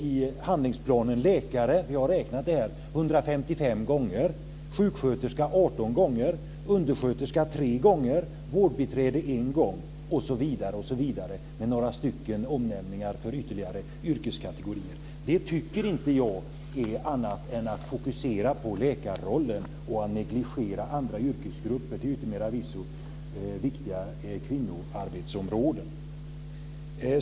I handlingsplanen omnämns läkare 155 gånger, sjuksköterska omnämns 18 gånger, undersköterska omnämns 3 gånger, vårdbiträde omnämns 1 gång osv. plus ett antal ytterligare yrkeskategorier som omnämns några gånger. Jag tycker inte annat än att det är att fokusera på läkarrollen och negligera andra yrkesgrupper, till yttermera visso viktiga kvinnoarbetsområden.